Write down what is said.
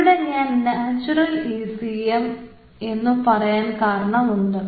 ഇവിടെ ഞാൻ naturalism എന്ന് പറയാൻ കാരണമുണ്ട്